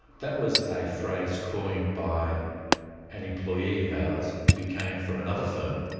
that was a phrase coined by an employee of ours who came from another firm.